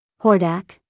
Hordak